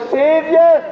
savior